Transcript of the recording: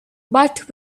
but